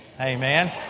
Amen